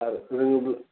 आरो रोङोबो